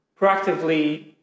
proactively